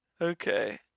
Okay